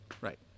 Right